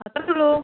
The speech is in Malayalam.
അത്രയ്ക്ക് ഉള്ളൂ